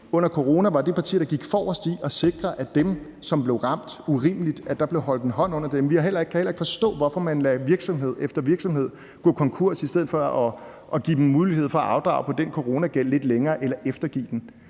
der gik forrest i at sikre, at der blev holdt en hånd under dem, som blev ramt urimeligt. Vi kan heller ikke forstå, hvorfor man lader virksomhed efter virksomhed gå konkurs i stedet for at give dem en mulighed for at afdrage på den coronagæld lidt længere eller eftergive den.